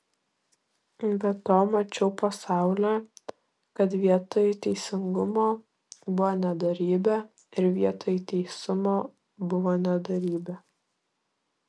be to mačiau po saule kad vietoj teisingumo buvo nedorybė ir vietoj teisumo buvo nedorybė